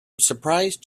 surprised